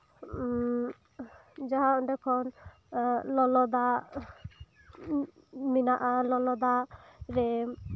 ᱡᱟᱦᱟᱸ ᱚᱸᱰᱮ ᱠᱷᱚᱱ ᱞᱚᱞᱚᱫᱟᱜ ᱢᱮᱱᱟᱜᱼᱟ ᱞᱚᱞᱚᱫᱟᱜ ᱨᱮᱢ